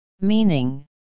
Meaning